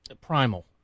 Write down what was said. Primal